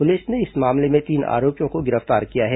police ने इस मामले में तीन आरोपियों को गिरफ्तार किया है